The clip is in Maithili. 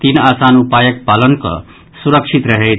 तीन आसान उपायक पालन कऽ सुरक्षित रहैथ